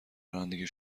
رانندگی